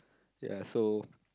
ya so